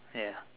ya